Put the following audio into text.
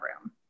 room